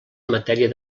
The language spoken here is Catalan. matèria